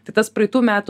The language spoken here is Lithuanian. tai tas praeitų metų